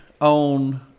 on –